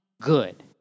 good